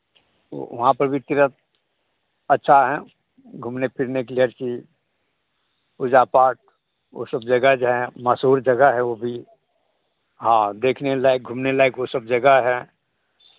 वो वहाँ पर भी तीर्थ अच्छा है घूमने फिरने के लिए हर चीज़ पूजा पाठ वो सब जगह जो हैं मशहूर जगह है वो भी हाँ देखने लायक घूमने लायक वो सब जगह है